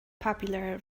popular